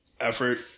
effort